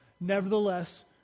Nevertheless